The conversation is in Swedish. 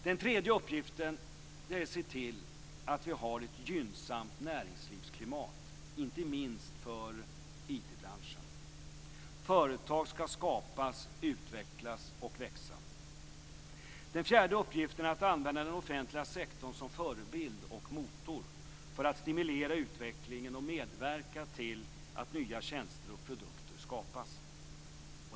Den tredje uppgiften är att se till att vi har ett gynnsamt näringslivsklimat, inte minst för IT branschen. Företag skall skapas, utvecklas och växa. Den fjärde uppgiften är att använda den offentliga sektorn som förebild och motor för att stimulera utvecklingen och medverka till att nya tjänster och produkter skapas.